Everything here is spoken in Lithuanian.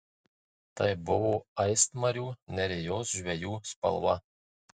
tai buvo aistmarių nerijos žvejų spalva